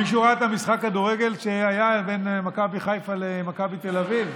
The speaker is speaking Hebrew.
מישהו ראה את משחק הכדורגל שהיה בין מכבי חיפה למכבי תל אביב?